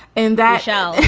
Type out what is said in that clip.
in that shell.